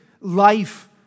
life